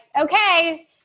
okay